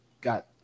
got